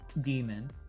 demon